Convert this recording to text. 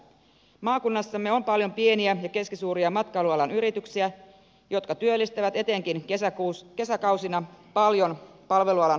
maakunnassamme on paljon pieniä ja keskisuuria matkailualan yrityksiä jotka työllistävät etenkin kesäkausina paljon palvelualan ammattilaisia